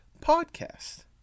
Podcast